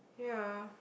ya